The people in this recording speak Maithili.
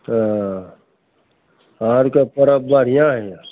हाँ अहाँ आओरके परब बढ़िआँ होइए